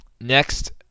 Next